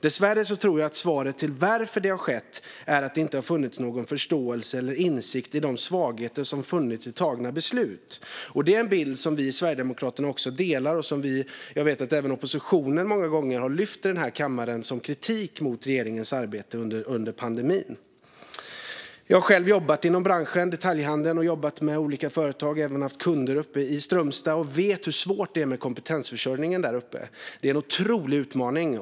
Dessvärre, säger han, tror jag att svaret på varför det har skett är att det inte har funnits någon förståelse för eller insikt i de svagheter som funnits i tagna beslut. Det är en bild som vi i Sverigedemokraterna delar och som även oppositionen många gånger har lyft i denna kammare som kritik mot regeringens arbete under pandemin. Jag har själv jobbat inom detaljhandelsbranschen. Jag har jobbat med olika företag och även haft kunder uppe i Strömstad, och jag vet hur svårt det är med kompetensförsörjningen där uppe. Det är en otrolig utmaning.